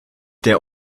der